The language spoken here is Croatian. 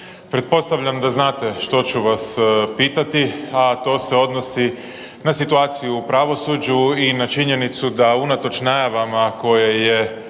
pretpostavljam da znate što ću vas pitati, a to se odnosi na situaciju u pravosuđu i na činjenicu da unatoč najavama koje je